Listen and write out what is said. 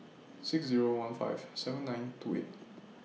six Zero one five seven nine two eight